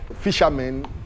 fishermen